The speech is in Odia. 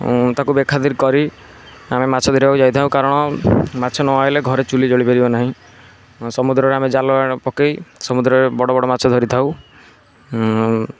ତାକୁ ବେଖାତିର କରି ଆମେ ମାଛ ଧରିବାକୁ ଯାଇଥାଉ କାରଣ ମାଛ ନଆସିଲେ ଘରେ ଚୁଲି ଜଳିପାରିବ ନାହିଁ ସମୁଦ୍ରରେ ଆମେ ଜାଲ ପକାଇ ସମୁଦ୍ରରେ ବଡ଼ବଡ଼ ମାଛ ଧରିଥାଉ